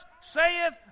saith